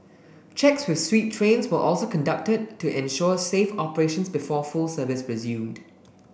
checks with sweep trains were also conducted to ensure safe operations before full service resumed